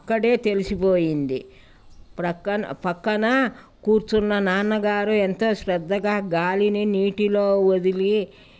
అక్కడే తెలిసిపోయింది పక్కన పక్కన కూర్చున్న నాన్నగారు ఎంతో శ్రద్ధగా గాలిని నీటిలో వదిలి